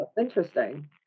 Interesting